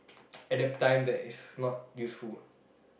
at that time that is not useful